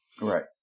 Right